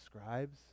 scribes